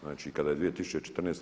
Znači kada je 2014.